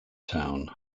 town